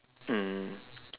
mm